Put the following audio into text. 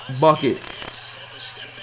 Bucket